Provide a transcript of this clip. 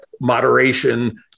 moderation